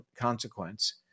consequence